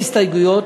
אין הסתייגויות.